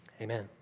amen